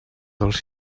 dels